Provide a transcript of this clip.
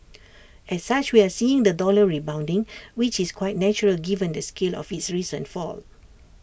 as such we are seeing the dollar rebounding which is quite natural given the scale of its recent fall